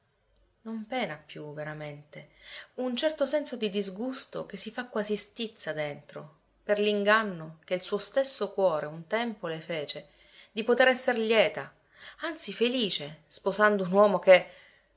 non pena più veramente un certo senso di disgusto che si fa quasi stizza dentro per l'inganno che il suo stesso cuore un tempo le fece di potere esser lieta anzi felice sposando un uomo che